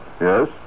yes